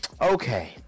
okay